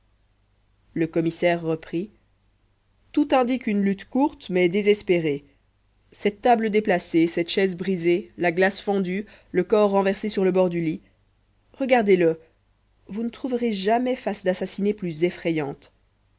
le commissaire reprit tout indique une lutte courte mais désespérée cette table déplacée cette chaise brisée la glace fendue le corps renversé sur le bord du lit regardez-le vous ne trouverez jamais face d'assassiné plus effrayante